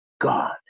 God